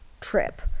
trip